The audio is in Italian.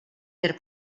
per